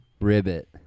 Ribbit